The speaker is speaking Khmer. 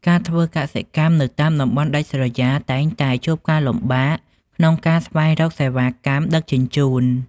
ការធ្វើកសិកម្មនៅតាមតំបន់ដាច់ស្រយាលតែងតែជួបការលំបាកក្នុងការស្វែងរកសេវាកម្មដឹកជញ្ជូន។